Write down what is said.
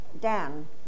Dan